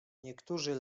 niektórzy